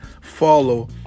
follow